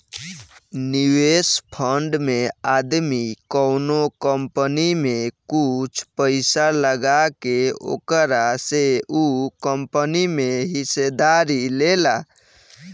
निवेश फंड में आदमी कवनो कंपनी में कुछ पइसा लगा के ओकरा से उ कंपनी में हिस्सेदारी लेला